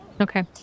Okay